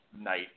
night